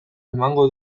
emango